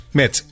met